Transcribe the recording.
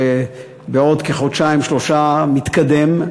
שבעוד חודשיים-שלושה מתקדם,